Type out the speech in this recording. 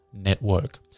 Network